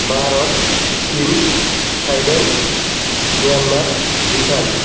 भारत चिन Thailand Myanmar Bhutan